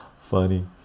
Funny